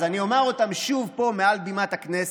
אז אני אומר אותם שוב פה מעל בימת הכנסת.